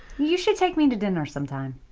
you should take me to dinner some time.